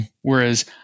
whereas